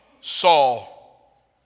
Saul